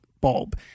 bulb